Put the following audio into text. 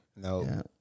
No